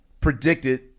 predicted